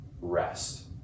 rest